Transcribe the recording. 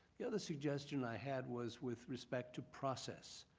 the other suggestion i had was with respect to process.